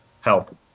help